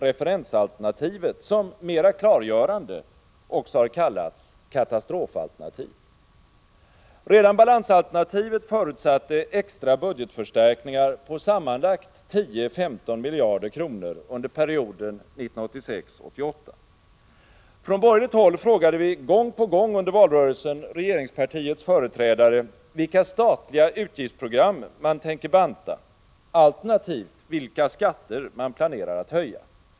referensalternativet, som mera klargörande också har kallats katastrofalternativ. Redan balansalternativet förutsatte extra budgetförstärkningar på sammanlagt 10-15 miljarder kronor under perioden 1986-1988. Från borgerligt håll frågade vi gång på gång under valrörelsen regeringspartiets företrädare vilka statliga utgiftsprogram man tänker banta, alternativt vilka skatter man planerar att höja.